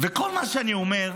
וכל מה שאני אומר,